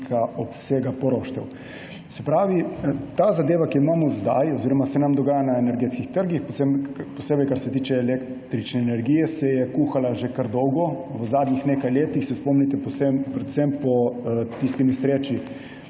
obsega poroštev. Se pravi, ta zadeva, ki jo imamo zdaj oziroma se nam dogaja na energetskih trgih, posebej kar se tiče električne energije, se je kuhala že kar dolgo v zadnjih nekaj letih. Spomnite se po tisti nesreči